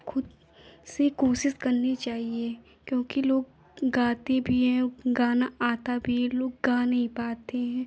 खुद से कोशिश करनी चाहिए क्योंकि लोग गाते भी हैं और गाना आता भी है लोग गा नहीं पाते हैं